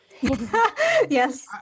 Yes